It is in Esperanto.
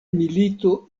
milito